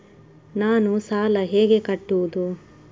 ನಾನು ಸಾಲ ಹೇಗೆ ಕಟ್ಟುವುದು?